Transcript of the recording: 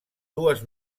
dues